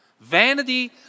Vanity